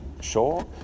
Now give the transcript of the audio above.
sure